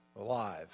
alive